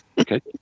Okay